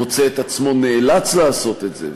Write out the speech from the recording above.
מוצא את עצמו נאלץ לעשות את זה.